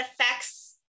affects